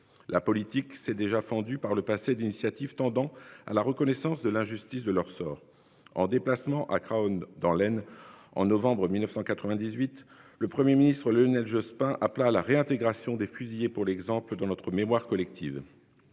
la politique c'est déjà fendu par le passé d'initiative tendant à la reconnaissance de l'injustice de leur sort. En déplacement à Crozon dans l'aine en novembre 1998 le 1er ministre Lionel Jospin à plat la réintégration des fusillés pour l'exemple dans notre mémoire collective.